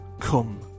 come